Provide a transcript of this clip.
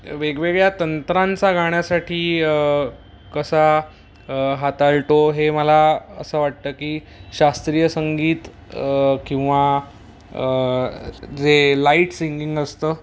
वेगवेगळ्या तंत्रांचा गाण्यासाठी कसा हाताळतो हे मला असं वाटतं की शास्त्रीय संगीत किंवा जे लाईट सिंगिंग असतं